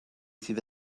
sydd